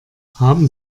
haben